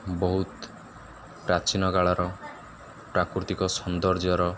ବହୁତ ପ୍ରାଚୀନ କାଳର ପ୍ରାକୃତିକ ସୌନ୍ଦର୍ଯ୍ୟର